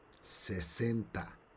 sesenta